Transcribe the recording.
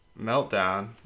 meltdown